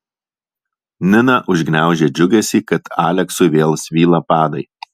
nina užgniaužė džiugesį kad aleksui vėl svyla padai